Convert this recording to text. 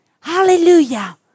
Hallelujah